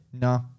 No